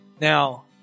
Now